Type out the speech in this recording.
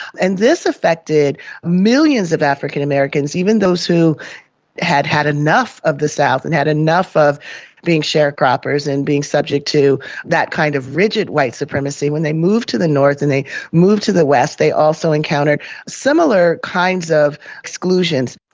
and this affected millions of african-americans, even those who had had enough of the south and had enough of being sharecroppers and being subject to that kind of rigid white supremacy, when they moved to the north and they moved to the west they also encountered similar kinds of exclusions.